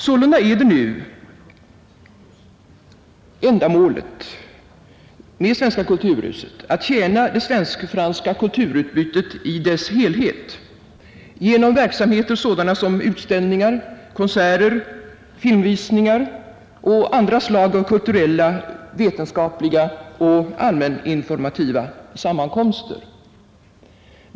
Sålunda är nu ändamålet med Svenska kulturhuset i Paris att tjäna det svensk-franska kulturutbytet i dess helhet genom verksamheter som utställningar, konserter, filmvisningar och andra slag av kulturella, vetenskapliga och allmäninformativa sammankomster.